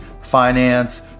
finance